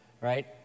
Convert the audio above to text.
right